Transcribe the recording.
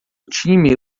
time